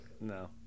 no